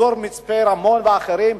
אזור מצפה-רמון ואחרים,